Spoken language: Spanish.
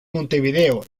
montevideo